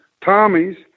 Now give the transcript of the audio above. Tommy's